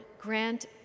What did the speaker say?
grant